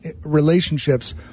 relationships